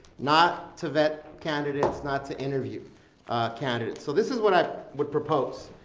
not to vet candidates. not to interview candidates. so this is what i would propose.